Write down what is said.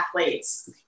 athletes